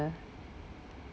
a